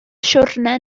siwrne